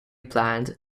planned